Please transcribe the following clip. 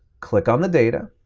click on the data,